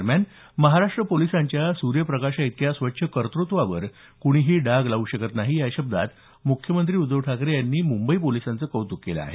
दरम्यान महाराष्ट्र पोलिसांच्या सूर्यप्रकाशाइतक्या स्वच्छ कर्तृत्वावर कुणीही डाग लावू शकत नाही या शब्दांत मुख्यमंत्री उद्धव ठाकरे यांनी पोलिसांचं कौतुक केलं आहे